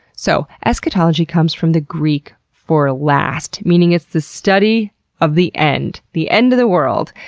so, eschatology comes from the greek for last, meaning it's the study of the end. the end of the world.